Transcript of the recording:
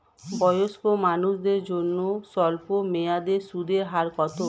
বয়স্ক মানুষদের জন্য স্বল্প মেয়াদে সুদের হার কত?